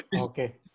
okay